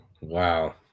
wow